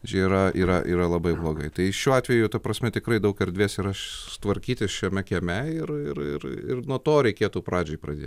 čia yra yra labai blogai tai šiuo atveju ta prasme tikrai daug erdvės yra susitvarkyti šiame kieme ir ir ir ir nuo to reikėtų pradžiai pradėti